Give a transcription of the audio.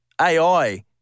AI